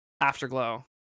afterglow